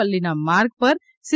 પલ્લીના માર્ગ પર સી